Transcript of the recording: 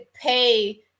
pay